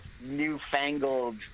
newfangled